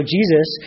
Jesus